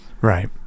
Right